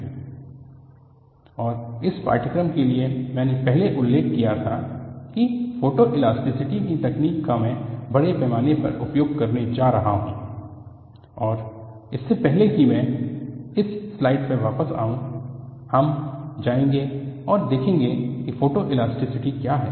A brief introduction of photoelasticity और इस पाठ्यक्रम के लिए मैंने पहले उल्लेख किया था कि फोटोइलास्टिसिटी की तकनीक का मैं बड़े पैमाने पर उपयोग करने जा रहा हूं और इससे पहले कि मैं इस स्लाइड पर वापस आऊं हम जाएंगे और देखेंगे कि फोटोइलास्टिसिटी क्या है